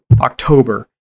october